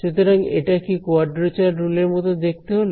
সুতরাং এটা কি কোয়াড্রেচার রুল এর মত দেখতে হলো